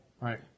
Right